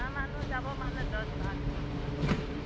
মানুহ যাব মানুহ দহ বাৰজনমান মানুহ যাব